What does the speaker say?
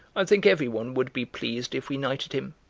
i think every one would be pleased if we knighted him.